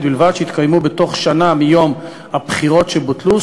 בלבד שיתקיימו בתוך שנה מיום הבחירות שבוטלו,